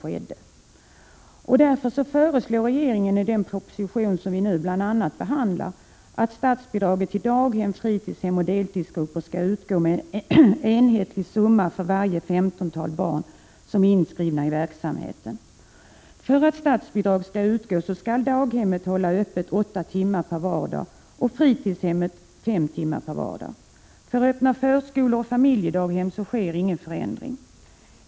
Regeringen föreslår därför i den proposition som vi nu behandlar att statsbidraget till daghem, fritidshem och deltidsgrupper skall utgå med en enhetlig summa för varje femtontal barn som är inskrivna i verksamheten. För att statsbidrag skall utgå skall daghemmet hålla öppet 8 timmar per vardag och fritidshemmet 5 timmar per vardag. För öppna förskolor och familjedaghem sker ingen förändring.